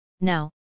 Now